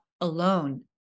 alone